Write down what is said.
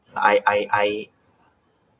I I I